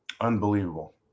Unbelievable